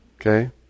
Okay